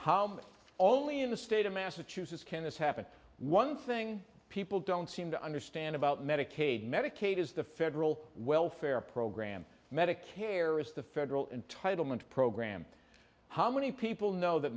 many only in the state of massachusetts can this happen one thing people don't seem to understand about medicaid medicaid is the federal welfare program medicare is the federal entitlement program how many people know th